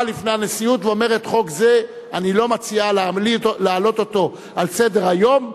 באה לפני הנשיאות ואומרת: חוק זה אני לא מציעה להעלות אותו על סדר-היום,